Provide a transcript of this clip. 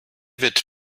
wird